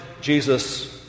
Jesus